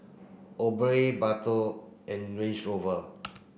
Obey Bardot and Range Rover